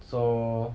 so